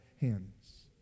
hands